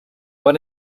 por